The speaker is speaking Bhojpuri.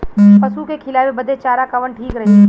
पशु के खिलावे बदे चारा कवन ठीक रही?